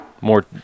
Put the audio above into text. more